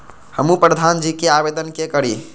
हमू प्रधान जी के आवेदन के करी?